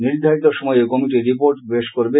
নির্ধারিত সময়ে ঐ কমিটি রিপোর্ট পেশ করবে